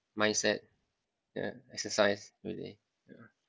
mindset ya exercise really yeah